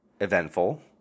eventful